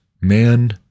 man